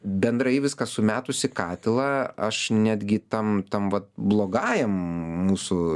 bendrai viską sumetus į katilą aš netgi tam tam vat blogajam mūsų